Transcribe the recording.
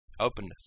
openness